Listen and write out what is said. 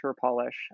polish